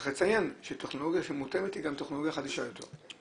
צריך לציין שטכנולוגיה שמותאמת היא גם טכנולוגיה חדישה יותר.